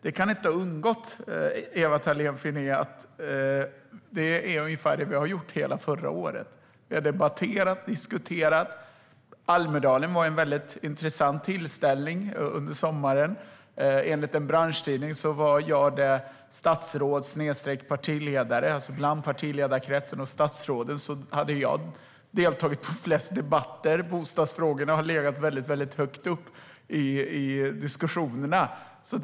Det kan inte ha undgått Ewa Thalén Finné att det är ungefär vad vi debatterat under hela förra året. Vi har debatterat och diskuterat. Almedalen i somras var en väldigt intressant tillställning. Enligt en branschtidning hade jag bland partiledarkretsen och statsråden deltagit i flest debatter. Bostadsfrågorna har legat väldigt högt upp på dagordningen.